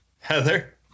Heather